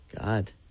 God